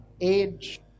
age